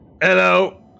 Hello